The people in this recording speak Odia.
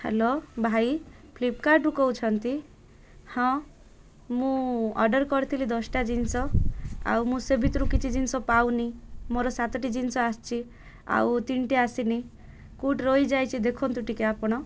ହ୍ୟାଲୋ ଭାଇ ଫ୍ଲିପ୍କାର୍ଟରୁୁ କହୁଛନ୍ତି ହଁ ମୁଁ ଅର୍ଡ଼ର୍ କରିଥିଲି ଦଶଟା ଜିନିଷ ଆଉ ମୁଁ ସେ ଭିତରୁ କିଛି ଜିନିଷ ପାଉନି ମୋର ସାତଟି ଜିନିଷ ଆସିଛି ଆଉ ତିନୋଟି ଆସିନି କେଉଁଠି ରହିଯାଇଛି ଦେଖନ୍ତୁ ଟିକେ ଆପଣ